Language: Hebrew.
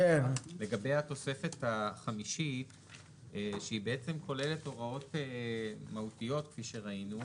לגבי התוספת החמישית שהיא בעצם כוללת הוראות מהותיות כפי שראינו,